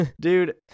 Dude